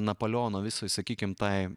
napoleono visai sakykim tai